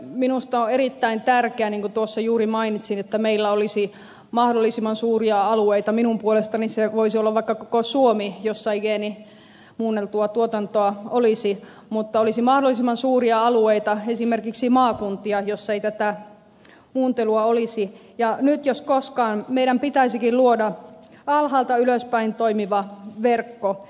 minusta on erittäin tärkeää niin kuin tuossa juuri mainitsin että meillä olisi mahdollisimman suuria alueita minun puolestani se voisi olla vaikka koko suomi jossa ei geenimuunneltua tuotantoa olisi mutta olisi mahdollisimman suuria alueita esimerkiksi maakuntia joissa ei tätä muuntelua olisi ja nyt jos koskaan meidän pitäisikin luoda alhaalta ylöspäin toimiva verkko